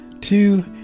two